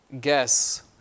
guess